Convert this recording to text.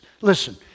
Listen